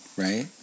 Right